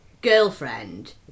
girlfriend